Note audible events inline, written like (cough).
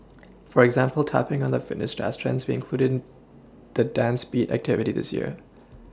(noise) for example tapPing on the Fitness dance trends we included the dance beat activity this year